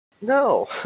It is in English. No